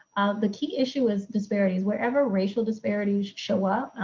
the key issue is disparities. wherever racial disparities show up,